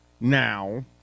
now